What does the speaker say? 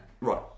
Right